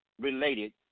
related